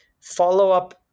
Follow-up